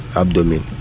abdomen